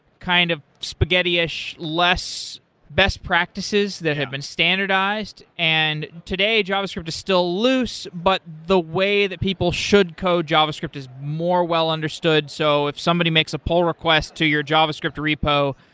kind of spaghetti-ish less best practices that have been standardized, and today javascript is still loose, but the way that people should code javascript is more well-understood. so if somebody makes a poll request to your javascript repo,